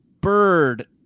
bird